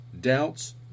doubts